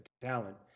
talent